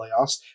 playoffs